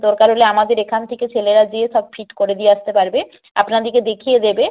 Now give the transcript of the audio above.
দরকার হলে আমাদের এখান থেকে ছেলেরা যেয়ে সব ফিট করে দিয়ে আসতে পারবে আপনাদেরকে দেখিয়ে দেবে